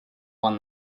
one